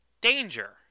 danger